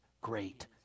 great